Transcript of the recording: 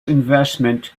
investment